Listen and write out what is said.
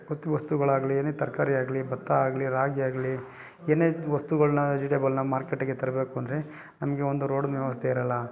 ವಸ್ತುಗಳಾಗಲಿ ಏನೇ ತರಕಾರಿ ಆಗಲಿ ಭತ್ತ ಆಗಲಿ ರಾಗಿ ಆಗಲಿ ಏನೇ ವಸ್ತುಗಳನ್ನ ವೆಜಿಟೇಬಲನ್ನ ಮಾರ್ಕೆಟ್ಗೆ ತರಬೇಕು ಅಂದರೆ ನಮಗೆ ಒಂದು ರೋಡ್ನ ವ್ಯವಸ್ಥೆ ಇರಲ್ಲ